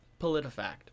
PolitiFact